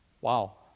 wow